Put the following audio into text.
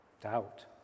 doubt